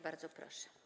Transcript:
Bardzo proszę.